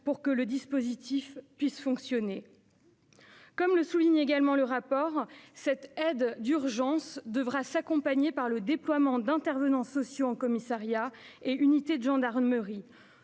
pour que le dispositif puisse fonctionner. Comme le souligne également l'auteure du rapport, cette aide d'urgence devra être accompagnée du déploiement d'intervenants sociaux en commissariat et unité de gendarmerie.